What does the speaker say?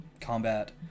combat